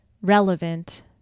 Relevant